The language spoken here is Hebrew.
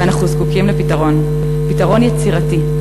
ואנחנו זקוקים לפתרון, פתרון יצירתי.